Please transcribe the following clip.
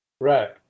Right